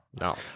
No